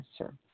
answer